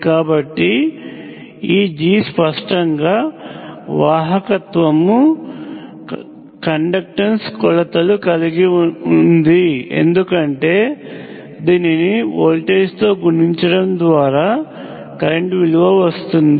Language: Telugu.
కాబట్టి ఇప్పుడు ఈ G స్పష్టంగా వాహకత్వము కొలతలు కలిగి ఉంది ఎందుకంటే దీనిని వోల్టేజ్తో గుణించడము ద్వారా కరెంట్ విలువ వస్తుంది